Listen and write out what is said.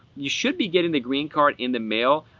you should be getting the green card in the mail,